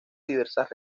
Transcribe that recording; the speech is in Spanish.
diversas